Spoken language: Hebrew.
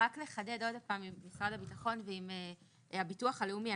נחדד עוד פעם מול משרד הביטחון ומול הביטוח הלאומי,